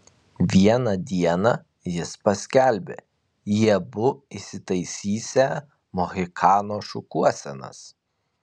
vieną dieną jis paskelbė jie abu įsitaisysią mohikano šukuosenas